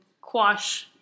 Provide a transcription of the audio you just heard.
quash